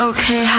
Okay